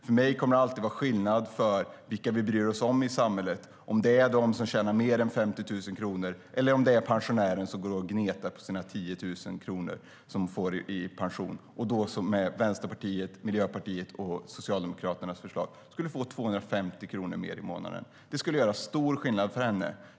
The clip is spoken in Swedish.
För mig kommer det alltid att vara skillnad på vilka vi bryr oss om i samhället, om det är de som tjänar mer än 50 000 kronor eller om det är pensionärerna som går och gnetar på sina 10 000 kronor som de får i pension och som med Vänsterpartiets, Miljöpartiets och Socialdemokraternas förslag skulle få 250 kronor mer i månaden. Det skulle göra stor skillnad för dem.